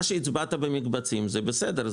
מה שהצבעת במקבצים זה בסדר.